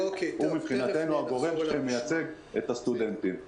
הוא מבחינתנו הגורם שמייצג את הסטודנטים.